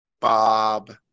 Bob